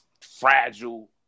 fragile